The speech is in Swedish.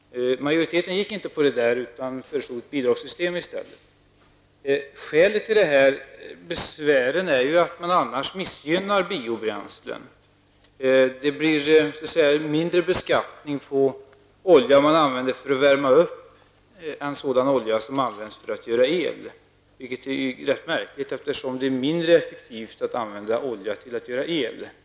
Majoriteten antog inte det förslaget, utan föreslog ett bidragssystem i stället. Skälet till besvären är att biobränslen annars missgynnas. Det blir mindre beskattning på olja för uppvärmning än som används för elproduktion. Det är märkligt, eftersom det är mindre effektivt att använda olja till att framställa el.